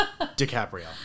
DiCaprio